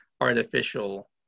artificial